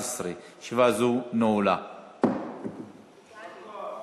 עברה בקריאה ראשונה ותחזור להמשך דיון בוועדת החוקה,